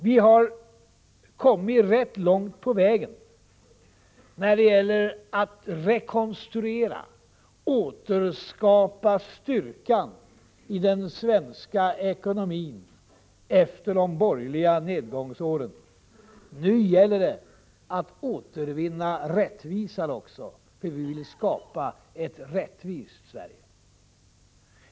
Vi har kommit rätt långt på vägen när det gäller att rekonstruera, återskapa styrkan i den svenska ekonomin efter de borgerliga nedgångsåren. Nu gäller det att återvinna rättvisan också. Vi vill skapa ett rättvist Sverige.